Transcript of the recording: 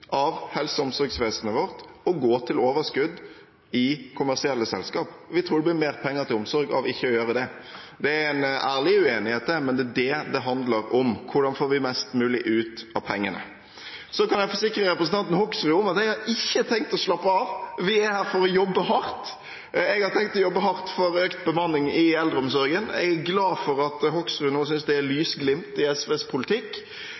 av helse- og omsorgsvesenet vårt og gå til overskudd i kommersielle selskaper. Vi tror det blir mer penger til omsorg av ikke å gjøre det. Det er en ærlig uenighet, men det det handler om, er hvordan vi får mest mulig ut av pengene. Så kan jeg forsikre representanten Hoksrud om at jeg ikke har tenkt å slappe av. Vi er her for å jobbe hardt, og jeg har tenkt å jobbe hardt for økt bemanning i eldreomsorgen. Jeg er glad for at representanten Hoksrud nå synes det er lysglimt i SVs politikk.